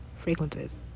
frequencies